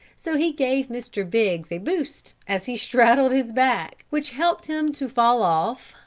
so he gave mr. biggs a boost as he straddled his back, which helped him to fall off,